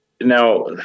Now